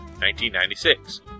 1996